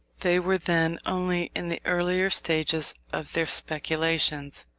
they were then only in the earlier stages of their speculations.